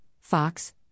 Fox